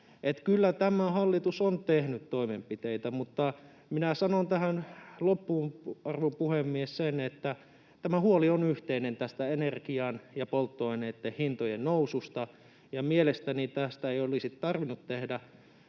kyllä tämä hallitus on tehnyt toimenpiteitä. Minä sanon tähän loppuun, arvon puhemies, sen, että tämä huoli on yhteinen tästä energian ja polttoaineitten hintojen noususta, ja mielestäni tästä ei olisi tarvinnut tehdä